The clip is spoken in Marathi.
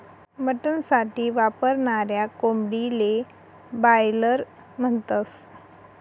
मटन साठी वापरनाऱ्या कोंबडीले बायलर म्हणतस